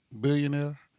billionaire